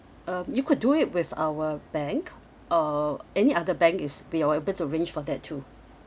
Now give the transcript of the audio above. um you could do it with our bank uh any other bank is we are able to arrange for that too